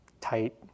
tight